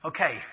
Okay